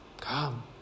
Come